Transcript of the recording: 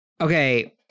okay